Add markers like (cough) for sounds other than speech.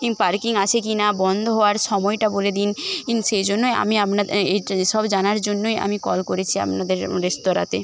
(unintelligible) parking আছে কি না বন্ধ হওয়ার সময়টা বলে দিন (unintelligible) সেই জন্যই আমি আপনাদের এই সব জানার জন্যই আমি কল করেছি আপনাদের রেস্তরাঁতে